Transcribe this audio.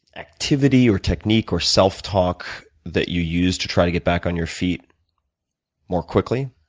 activity or technique or self-talk that you use to try to get back on your feet more quickly?